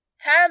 time